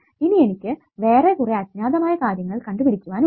ഇനി എനിക്ക് വേറെ കുറെ അജ്ഞാതമായ കാര്യങ്ങൾ കണ്ടുപിടിക്കുവാൻ ഉണ്ട്